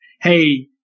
hey